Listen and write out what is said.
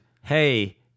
hey